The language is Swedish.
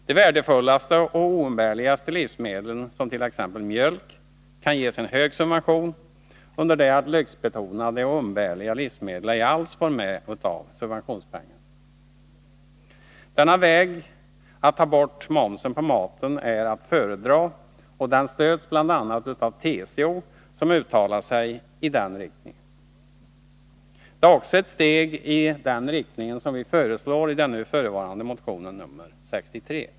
De värdefullaste och oumbärligaste livsmedlen, som t.ex. mjölk, kan ges hög subvention under det att lyxbetonade och umbärliga livsmedel ej alls får något av subventionspengarna. Denna väg att ta bort momsen på maten är att föredra, och den stöds bl.a. av TCO, som uttalat sig i den riktningen. Det är också ett steg i den riktningen som vi föreslår i den nu förevarande motionen nr 63.